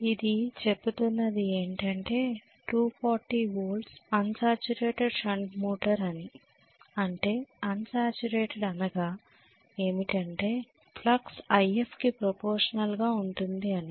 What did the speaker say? ఇది చెప్పుతున్నది ఏంటంటే 240 వోల్ట్ల అన్సాటురటెడ్ షంట్ మోటారు అని అంటే అన్సాటురటెడ్ అనగా ఏమిటంటే ఫ్లక్స్ If కి ప్రొపోర్ట్సనల్ గా ఉంటుంది అని